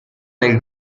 nel